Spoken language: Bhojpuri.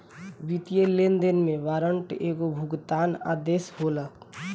वित्तीय लेनदेन में वारंट एगो भुगतान आदेश होला